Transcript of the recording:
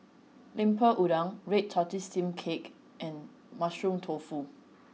lemper udang red tortoise steamed cake and mushroom tofu